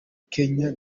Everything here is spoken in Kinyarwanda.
kenya